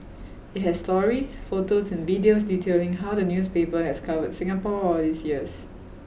it has stories photos and videos detailing how the newspaper has covered Singapore all these years